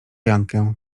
jankę